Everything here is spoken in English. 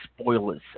spoilers